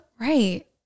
Right